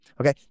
okay